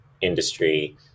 industry